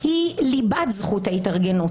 היא ליבת זכות ההתארגנות.